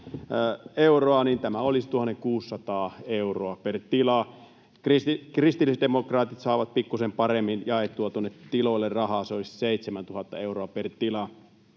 tämä olisi 1 600 euroa per tila. Kristillisdemokraatit saavat pikkuisen paremmin jaettua tuonne tiloille rahaa eli 7 000 euroa per tila.